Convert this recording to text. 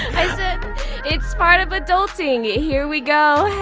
i said it's part of adulting! here we go,